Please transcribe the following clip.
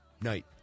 Night